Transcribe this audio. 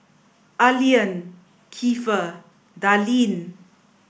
Allean Kiefer Darline